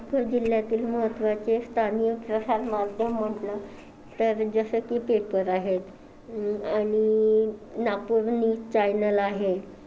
नागपूर जिल्ह्यातील महत्वाचे स्थानीय प्रसार माध्यम म्हटलं तर जसंकी पेपर आहेत आणि नागपूर न्यूज चॅनेल आहे